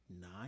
nine